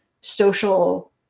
social